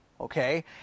Okay